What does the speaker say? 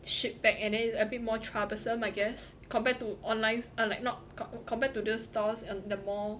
ship back and then it's a bit more troublesome I guess compared to online or like not compared to those stores in the mall